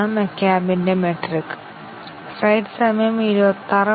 ആ സംഖ്യകളിൽ ഓരോന്നും ഞങ്ങൾ അതിൽ നിന്ന് നോഡുകൾ നിർമ്മിക്കുന്നു